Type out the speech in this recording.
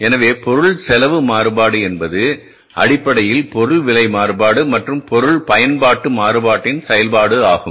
எனவே பொருள் செலவு மாறுபாடு என்பது அடிப்படையில் பொருள் விலை மாறுபாடு மற்றும் பொருள் பயன்பாட்டு மாறுபாட்டின் செயல்பாடு ஆகும்